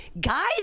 Guys